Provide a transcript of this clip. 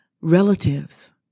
relatives